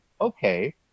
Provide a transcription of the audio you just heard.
okay